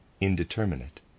indeterminate